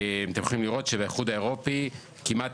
אתם יכולים לראות שבאיחוד האירופי כמעט